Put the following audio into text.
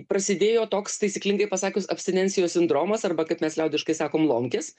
prasidėjo toks taisyklingai pasakius abstinencijos sindromas arba kaip mes liaudiškai sakom lomkės